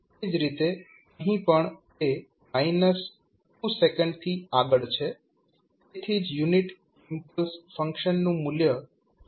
તે જ રીતે અહીં પણ તે 2 સેકંડથી આગળ છે તેથી જ યુનિટ ઇમ્પલ્સ ફંક્શનનું મૂલ્ય 5 t2છે